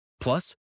Plus